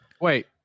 wait